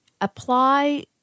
apply